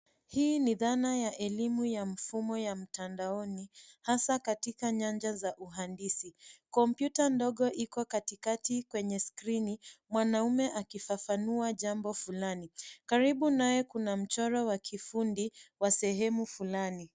Hii ni dhana ya elimu ya mfumo ya mtandaoni hasa katika nyanja za uhandisi. Kompyuta ndogo iko katikati kwenye skrini mwanaume akifafanua jambo fulani. Karibu naye kuna mchoro wa kifundi wa sehemu fulani.